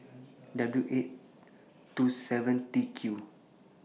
W eight two seven T Q